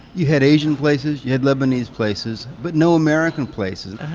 you had asian places, you had lebanese places, but no american places.